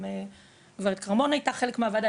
גם גברת כרמון הייתה חלק מהוועדה,